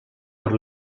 per